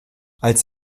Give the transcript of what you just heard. als